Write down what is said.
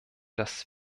dass